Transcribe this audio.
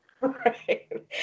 Right